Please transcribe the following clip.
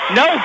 no